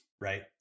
right